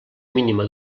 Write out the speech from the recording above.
mínima